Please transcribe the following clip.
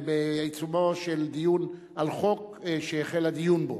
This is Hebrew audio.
בעיצומו של דיון על חוק שהחל הדיון בו.